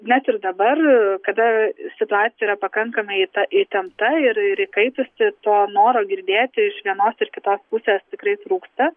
net ir dabar kada situacija yra pakankamai ta įtempta ir ir įkaitusi to noro girdėti iš vienos ir kitos pusės tikrai trūksta